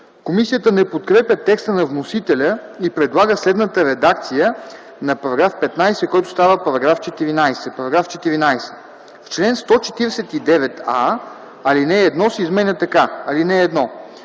Комисията не подкрепя текста на вносителя и предлага следната редакция на § 15, който става § 14: „§ 14. В чл. 149а ал. 1 се изменя така: